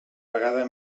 vegada